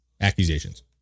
accusations